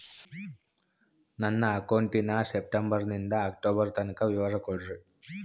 ನನ್ನ ಅಕೌಂಟಿನ ಸೆಪ್ಟೆಂಬರನಿಂದ ಅಕ್ಟೋಬರ್ ತನಕ ವಿವರ ಕೊಡ್ರಿ?